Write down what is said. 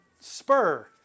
Spur